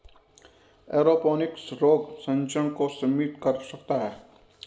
aeroponics रोग संचरण को सीमित कर सकता है